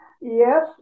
yes